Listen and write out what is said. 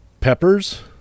Peppers